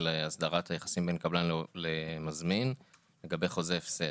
הסדרת היחסים בין קבלן למזמין לגבי חוזה הפסד.